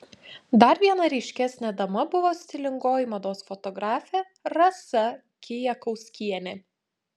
dar viena ryškesnė dama buvo stilingoji mados fotografė rasa kijakauskienė